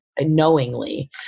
knowingly